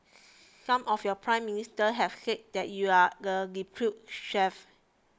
some of your Prime Ministers have said that you are the deputy sheriff